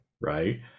right